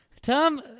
Tom